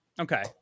Okay